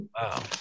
Wow